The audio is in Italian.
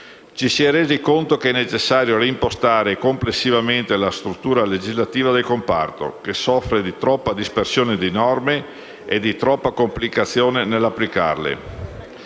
Ci si è resi conto che è necessario reimpostare complessivamente la struttura legislativa del comparto, che soffre di troppa dispersione di norme e di troppa complicazione nell'applicarle.